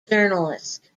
journalist